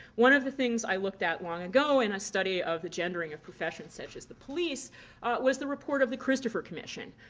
one of the things i looked at long ago in a study of the gendering of professions such as the police was the report of the christopher commission,